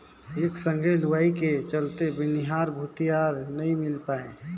एके संघे लुवई के चलते बनिहार भूतीहर नई मिल पाये